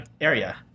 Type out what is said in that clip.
area